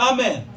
Amen